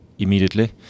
Immediately